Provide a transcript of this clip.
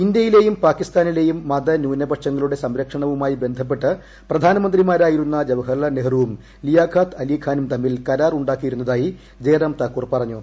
ഇന്ത്യയിലെയും പാകിസ്ഥാനിലെയും മതന്യൂനപക്ഷങ്ങളുടെ സംരക്ഷണവുമായി ബന്ധപ്പെട്ട് പ്രധാനമന്ത്രിമാരായിരുന്ന ജവഹർലാൽ നെഹ്റുവും ലിയാഖാത്ത് അലി ഖാനും തമ്മിൽ കരാർ ഉണ്ടാക്കിയിരുന്നതായി ജയറാം താക്കൂർ പറഞ്ഞു